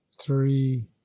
three